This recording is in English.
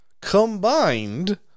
combined